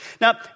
Now